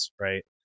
right